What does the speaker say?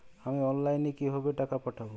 আমি অনলাইনে কিভাবে টাকা পাঠাব?